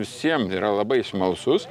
visiem yra labai smalsus